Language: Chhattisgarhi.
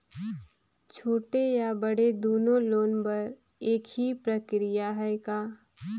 छोटे या बड़े दुनो लोन बर एक ही प्रक्रिया है का?